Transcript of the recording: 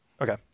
Okay